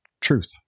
truth